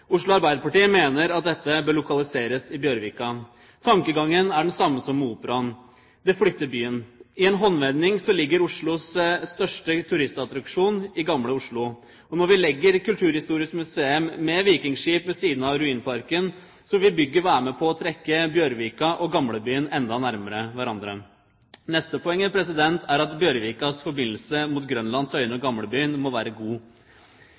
Oslo Arbeiderparti mener at dette bør lokaliseres i Bjørvika. Tankegangen er den samme som med Operaen: Det flytter byen. I en håndvending ligger Oslos største turistattraksjon i Gamle Oslo. Når vi legger Kulturhistorisk museum med vikingskipene ved siden av ruinparken, vil bygget være med på å trekke Bjørvika og Gamlebyen enda nærmere hverandre. Neste poeng er at Bjørvikas forbindelse mot Grønland, Tøyen og Gamlebyen må være god.